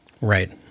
Right